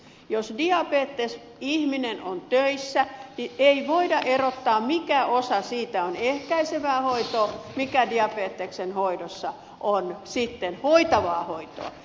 jos diabetes ihminen on töissä niin ei voida erottaa mikä osa diabeteksen hoidosta on ehkäisevää hoitoa ja mikä on hoitavaa hoitoa